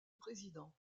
président